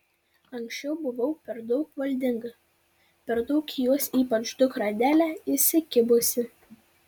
anksčiau buvau per daug valdinga per daug į juos ypač dukrą adelę įsikibusi